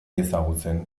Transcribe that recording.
ezagutzen